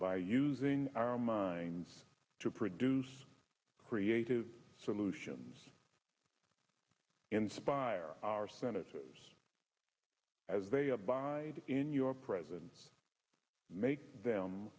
by using our minds to produce creative solutions inspire our senators as they abide in your presence make them